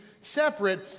separate